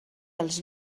els